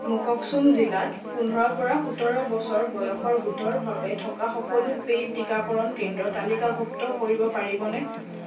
মোকক্চুং জিলাত পোন্ধৰৰ পৰা সোতৰ বছৰ বয়সৰ গোটৰ বাবে থকা সকলো পেইড টীকাকৰণ কেন্দ্ৰ তালিকাভুক্ত কৰিব পাৰিবনে